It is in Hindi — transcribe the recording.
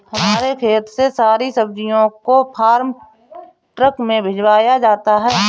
हमारे खेत से सारी सब्जियों को फार्म ट्रक में भिजवाया जाता है